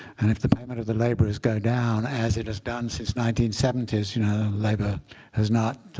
and if the payment of the laborers go down, as it has done since nineteen seventy s you know labor has not